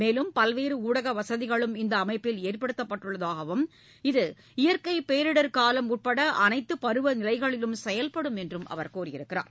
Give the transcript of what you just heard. மேலும் பல்வேறு ஊடக வசதிகளும் இந்த அமைப்பில் ஏற்படுத்தப்பட்டுள்ளதாகவும் இது இயற்கை பேரிடர் காலம் உட்பட அனைத்து பருவ நிலைகளிலும் செயல்படும் என்றும் அவர் கூறியுள்ளார்